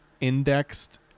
indexed